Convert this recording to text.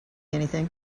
anything